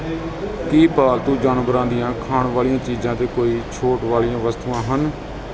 ਕੀ ਪਾਲਤੂ ਜਾਨਵਰਾਂ ਦੀਆਂ ਖਾਣ ਵਾਲੀਆਂ ਚੀਜ਼ਾਂ 'ਤੇ ਕੋਈ ਛੋਟ ਵਾਲੀਆਂ ਵਸਤੂਆਂ ਹਨ